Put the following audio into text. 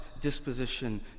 disposition